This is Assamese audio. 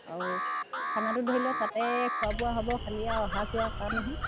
আৰু খানাটো ধৰি লওক তাতে খোৱা বোৱা হ'ব খালি আৰু অহা যোৱা কাৰণেহে